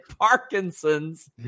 Parkinson's